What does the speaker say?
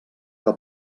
que